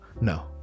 no